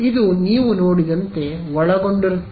ಇದು ನೀವು ನೋಡಿದಂತೆ ಒಳಗೊಂಡಿರುತ್ತದೆ